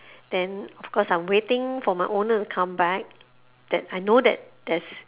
then of course I'm waiting for my owner to come back that I know that there's